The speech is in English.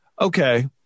okay